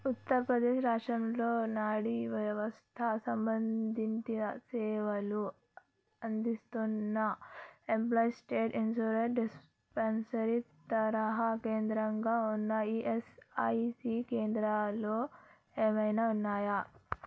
ఉత్తర ప్రదేశ్ రాష్ట్రంలో నాడీ వ్యవస్థ సంబంధించిన సేవలు అందిస్తున్న ఎంప్లాయీస్ స్టేట్ ఇన్సూరెడ్ డిస్పెన్సరీ తరహా కేంద్రంగా ఉన్న ఈఎస్ఐసి కేంద్రాలు ఏమైనా ఉన్నాయా